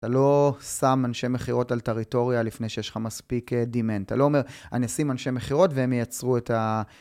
אתה לא שם אנשי מכירות על טריטוריה לפני שיש לך מספיק demand. אתה לא אומר, אני אשים אנשי מכירות והם ייצרו את ה...